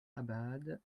abad